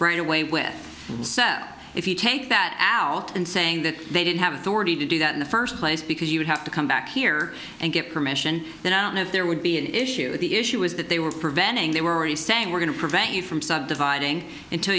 feet away with sept if you take that out and saying that they did have authority to do that in the first place because you would have to come back here and get permission then i don't know if there would be an issue the issue was that they were preventing they were already saying we're going to prevent you from subdividing until